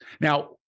Now